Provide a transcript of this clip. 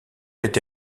été